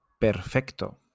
perfecto